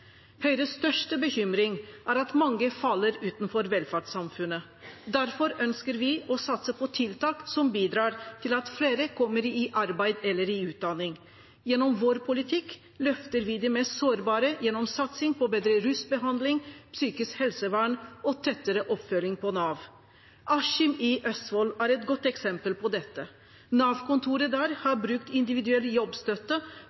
Høyres største bekymring er at mange faller utenfor velferdssamfunnet. Derfor ønsker vi å satse på tiltak som bidrar til at flere kommer i arbeid eller i utdanning. Gjennom vår politikk løfter vi de mest sårbare gjennom satsing på bedre rusbehandling, psykisk helsevern og tettere oppfølging av Nav. Askim i Østfold er et godt eksempel på dette. Nav-kontoret der